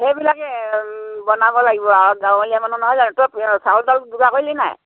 সেইবিলাকেই বনাব লাগিব আৰু গাৱলীয়া মানুহ নহয় জানো তই চাউল তাউল যোগাৰ কৰিলি নাই